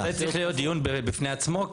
זה צריך להיות דיון בפני עצמו,